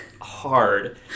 hard